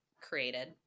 created